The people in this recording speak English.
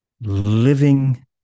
living